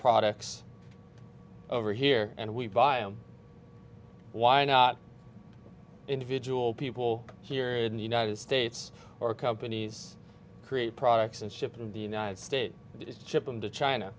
products over here and we buy them why not individual people here in the united states or companies create products and ship in the united states ship them to china